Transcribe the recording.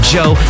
Joe